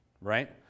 right